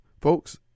folks